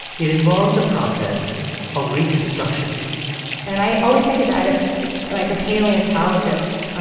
it involves a process of reconstruction and i always think about it like a paleontologist,